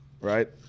Right